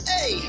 Hey